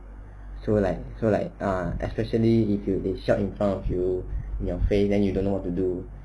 so like so like ah especially if you shout in front of you in your face then you don't know what to do